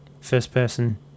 first-person